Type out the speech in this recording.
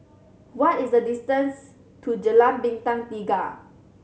what is the distance to Jalan Bintang Tiga